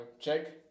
check